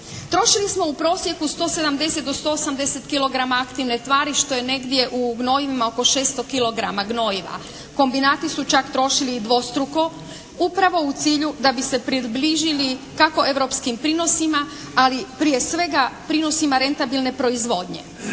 Trošili smo u prosjeku 170 do 180 kilograma aktivne tvari što je negdje u gnojivima oko 600 kilograma gnojiva. Kombinati su čak trošili i dvostruko upravo u cilju da bi se približili kako europskim prinosima, ali prije svega prinosima rentabilne proizvodnje.